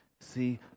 See